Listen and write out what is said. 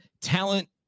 talent